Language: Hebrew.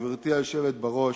גברתי היושבת בראש,